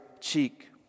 cheek